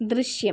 ദൃശ്യം